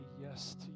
yes